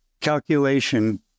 calculation